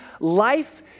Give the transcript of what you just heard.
life